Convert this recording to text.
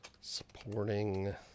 supporting